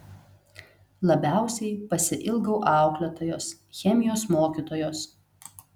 labiausiai pasiilgau auklėtojos chemijos mokytojos